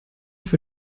vor